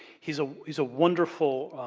he's ah he's a wonderful,